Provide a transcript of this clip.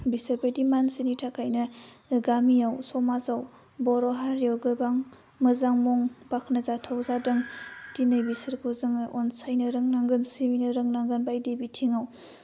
बिसोर बायदि मानसिनि थाखायनो गामियाव समाजआव बर' हारियाव गोबां मोजां मुं बाख्नायजाथाव जादों दिनै बिसोरखौ जोङो अनसायनो रोंनांगोन सिबिनो रोंनांगोन बायदि बिथिङाव